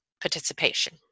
participation